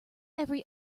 every